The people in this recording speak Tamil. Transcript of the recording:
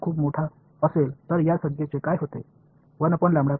எனவே மிகப் பெரியது மிகப் பெரியதாக இருந்தால் இந்த வெளிப்பாட்டிற்கு என்ன நடக்கும்